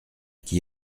qui